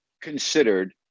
considered